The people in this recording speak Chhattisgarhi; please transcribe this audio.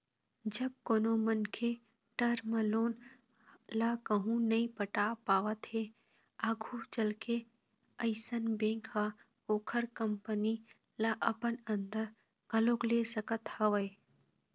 जब कोनो मनखे टर्म लोन ल कहूँ नइ पटा पावत हे आघू चलके अइसन बेंक ह ओखर कंपनी ल अपन अंदर घलोक ले सकत हवय